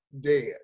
dead